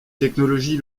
technologie